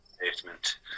basement